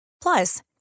Plus